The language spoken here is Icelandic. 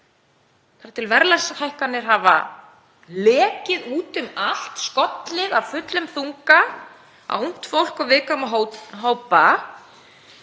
þar til verðlagshækkanir hafa lekið út um allt, skollið af fullum þunga á ungt fólk og viðkvæma hópa?